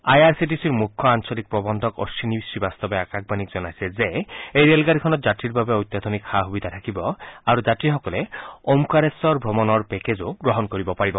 আই R C T চিৰ মুখ্য আঞ্চলিক প্ৰৱধ্ধক অগ্নিনী শ্ৰীবাস্তৱে আকাশবাণীক জনাইছে যে এই ৰেলগাড়ীখনত যাত্ৰীৰ বাবে অত্যাধুনিক সুবিধা থাকিব আৰু যাত্ৰীসকলে ওমকাৰেশ্বৰ ভ্ৰমণৰ পেকেজো গ্ৰহণ কৰিব পাৰিব